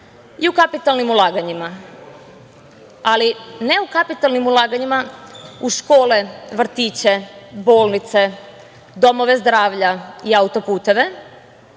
i u kapitalnim ulaganjima, ali ne u kapitalnim ulaganjima u škole, vrtiće, bolnice, domove zdravlja i auto-puteve